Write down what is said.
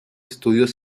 estudios